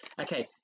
okay